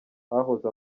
hahoze